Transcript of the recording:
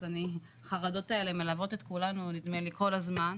אז החרדות האלה מלוות את כולנו נדמה לי כל הזמן.